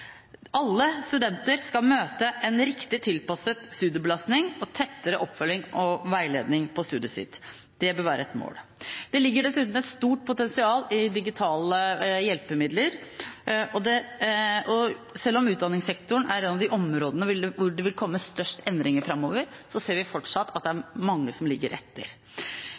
Alle studenter skal møte en riktig tilpasset studiebelastning og en tettere oppfølging og veiledning på studiet sitt. Det bør være et mål. Det ligger dessuten et stort potensial i digitale hjelpemidler. Selv om utdanningssektoren er et av de områdene hvor det vil komme størst endringer framover, ser vi fortsatt at det er mange som ligger etter.